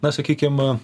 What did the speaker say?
na sakykim